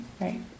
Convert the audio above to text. right